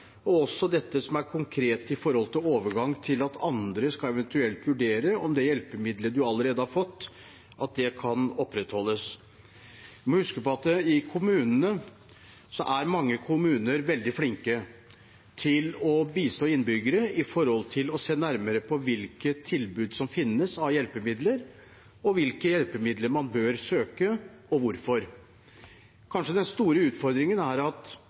andre eventuelt skal vurdere om det hjelpemiddelet man allerede har fått, kan opprettholdes. Vi må huske på at mange kommuner er veldig flinke til å bistå innbyggerne når det gjelder å se nærmere på hvilke tilbud som finnes av hjelpemidler, hvilke hjelpemidler man bør søke, og hvorfor. Kanskje den store utfordringen er at